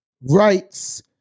rights